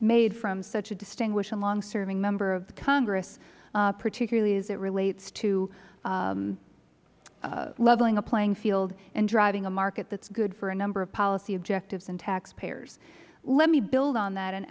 made from such a distinguished and long serving member of congress particularly as it relates to leveling a playing field and driving a market that is good for a number of policy objectives and taxpayers let me build on that an